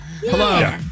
Hello